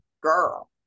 girl